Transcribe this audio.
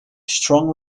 strong